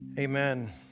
Amen